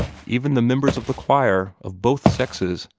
even the members of the choir, of both sexes,